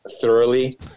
thoroughly